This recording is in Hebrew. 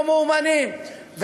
לא מאומנים,